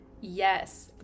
Yes